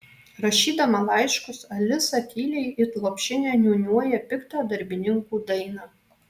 rašydama laiškus alisa tyliai it lopšinę niūniuoja piktą darbininkų dainą